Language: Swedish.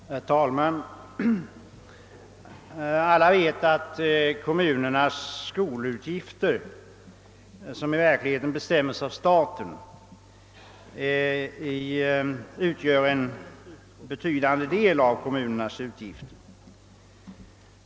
Herr talman! Alla vet att kommunernas skolutgifter, som i verkligheten bestämmes av staten, utgör en betydande del av kommunernas kostnader.